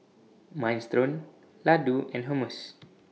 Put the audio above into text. Minestrone Ladoo and Hummus